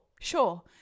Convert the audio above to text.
Sure